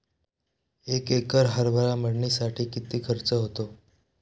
एक एकर हरभरा मळणीसाठी किती खर्च होतो?